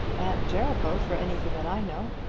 at jericho, for anything that i know.